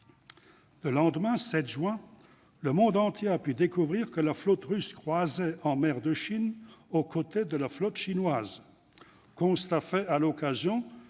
Le lendemain, le 7 juin, le monde entier a pu découvrir que la flotte russe croisait en mer de Chine aux côtés de la flotte chinoise.